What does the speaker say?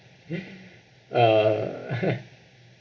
uh